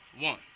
One